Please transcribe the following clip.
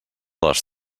les